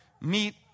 meet